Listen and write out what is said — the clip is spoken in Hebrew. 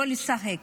לא לשחק?